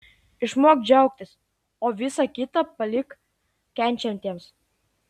išmok džiaugtis o visa kita palik kenčiantiems